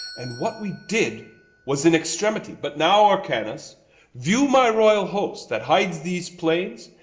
and what we did was in extremity but now, orcanes, view my royal host, that hides these plains,